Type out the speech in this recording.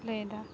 ᱞᱟᱹᱭᱮᱫᱟ